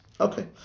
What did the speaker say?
Okay